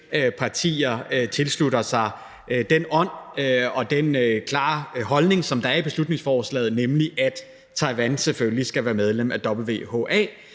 partier tilslutter sig den ånd og den klare holdning, der er i beslutningsforslaget, nemlig at Taiwan selvfølgelig skal være medlem af WHA